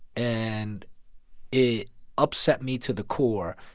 and it upset me to the core.